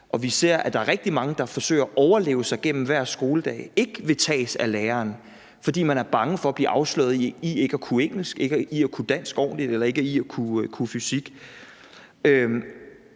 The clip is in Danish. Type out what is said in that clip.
Og vi ser, at der er rigtig mange, der forsøger at klare sig igennem hver skoledag, og som ikke vil høres af læreren, fordi de er bange for at blive afsløret i ikke at kunne engelsk, ikke at kunne dansk ordentligt eller ikke at kunne fysik.